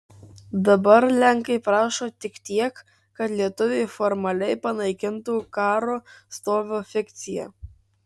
dabar lenkai prašo tik tiek kad lietuviai formaliai panaikintų karo stovio fikciją